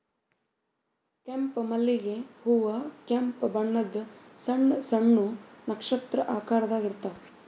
ಕೆಂಪ್ ಮಲ್ಲಿಗ್ ಹೂವಾ ಕೆಂಪ್ ಬಣ್ಣದ್ ಸಣ್ಣ್ ಸಣ್ಣು ನಕ್ಷತ್ರ ಆಕಾರದಾಗ್ ಇರ್ತವ್